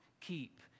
keep